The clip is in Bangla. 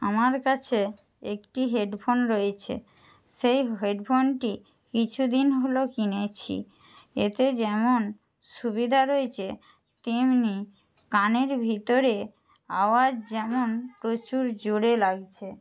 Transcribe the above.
আমার কাছে একটি হেড ফোন রয়েছে সেই হেড ফোনটি কিছু দিন হলো কিনেছি এতে যেমন সুবিধা রয়েছে তেমনি কানের ভিতরে আওয়াজ যেমন প্রচুর জোরে লাগছে